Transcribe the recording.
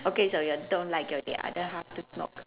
okay so you don't like your the other half to smoke